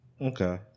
okay